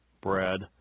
bread